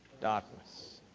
Darkness